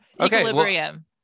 equilibrium